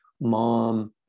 mom